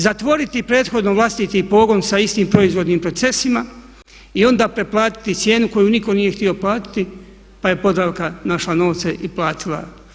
Zatvoriti prethodno vlastiti pogon sa istim proizvodnim procesima i onda preplatiti cijenu koju nitko nije htio platiti pa je Podravka našla novce i platila.